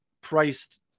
priced